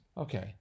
Okay